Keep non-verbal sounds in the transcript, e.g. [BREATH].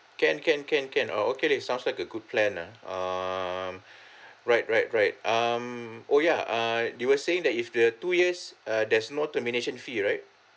can can can can ah okay leh sounds like a good plan um [BREATH] right right right um oh ya err you were saying that if the two years uh there's no termination fee right